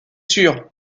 sûr